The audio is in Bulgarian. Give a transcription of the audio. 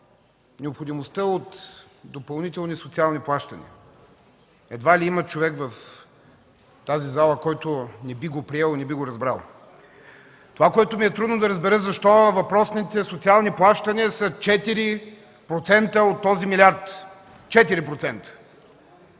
необходимостта от допълнителни социални плащания. Едва ли има човек в тази зала, който не би го приел, не би го разбрал. Това, което ми е трудно да разбера, е защо въпросните социални плащания са 4% от този милиард?!